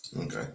okay